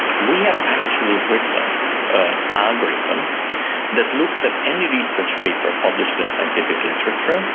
we have actually written an algorithm that looks at any research paper published in scientific literature